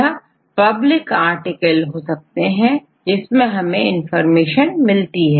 यह public article हो सकते हैं जिनसे हमें इंफॉर्मेशन मिलती है